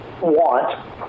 want